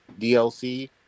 DLC